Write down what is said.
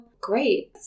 great